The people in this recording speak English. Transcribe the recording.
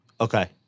Okay